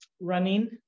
running